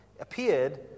appeared